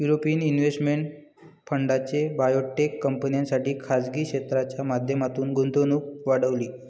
European investment फंडाने biotech कंपन्यांसाठी खासगी क्षेत्राच्या माध्यमातून गुंतवणूक वाढवली